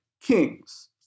Kings